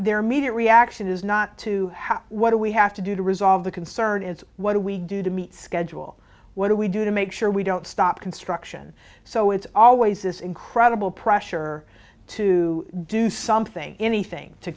their media reaction is not to what do we have to do to resolve the concern it's what do we do to meet schedule what do we do to make sure we don't stop construction so it's always this incredible pressure to do something anything to